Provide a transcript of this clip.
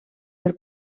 per